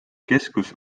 keskus